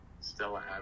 Stella